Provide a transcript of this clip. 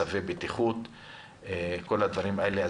צווי בטיחות ודברים כאלה.